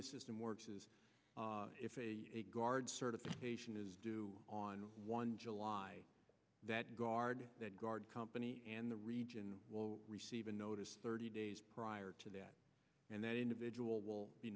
the system works is if a guard certification is due on one july that guard that guard company and the region will receive a notice thirty days prior to that and that individual will be